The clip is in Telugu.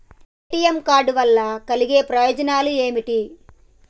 ఏ.టి.ఎమ్ కార్డ్ వల్ల కలిగే ప్రయోజనాలు ఏమిటి?